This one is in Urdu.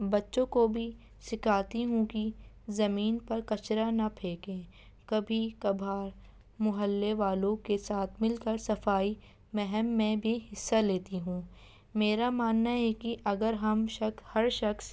بچوں کو بھی سکھاتی ہوں کہ زمین پر کچرا نہ پھینکیں کبھی کبھار محلے والوں کے ساتھ مل کر صفائی مہم میں بھی حصہ لیتی ہوں میرا ماننا ہے کہ اگر ہم شخص ہر شخص